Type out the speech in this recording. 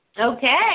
Okay